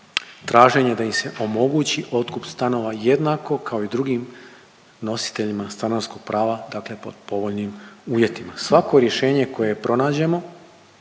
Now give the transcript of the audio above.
traženje da im se omogući otkup stanova jednako kao i drugim nositeljima stanarskog prava, dakle po povoljnim uvjetima. Svako rješenje koje pronađemo